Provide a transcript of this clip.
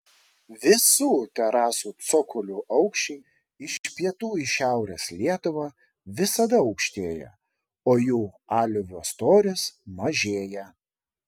visų terasų cokolių aukščiai iš pietų į šiaurės lietuvą visada aukštėja o jų aliuvio storis mažėja